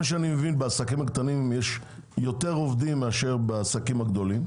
שאני מבין בעסקים הקטנים יש יותר עובדים מאשר בגדולים,